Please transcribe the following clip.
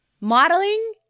Modeling